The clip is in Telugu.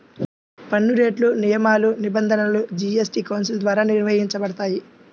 పన్నురేట్లు, నియమాలు, నిబంధనలు జీఎస్టీ కౌన్సిల్ ద్వారా నిర్వహించబడతాయి